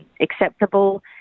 acceptable